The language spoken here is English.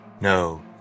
No